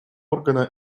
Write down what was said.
органа